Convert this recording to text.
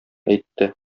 әйтте